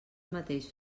mateix